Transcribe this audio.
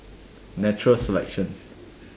natural selection